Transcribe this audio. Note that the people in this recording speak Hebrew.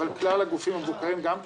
אבל כלל הגופים המבוקרים גם כן,